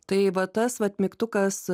tai va tas vat mygtukas